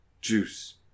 Juice